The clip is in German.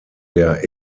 der